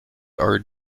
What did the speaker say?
are